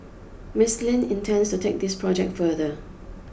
Miss Lin intends to take this project further